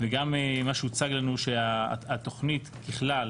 וגם מה שהוצג לנו, שהתוכנית ככלל